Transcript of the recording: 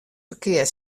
ferkear